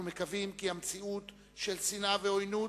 אנחנו מקווים כי המציאות של שנאה ועוינות,